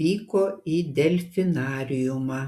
vyko į delfinariumą